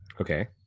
Okay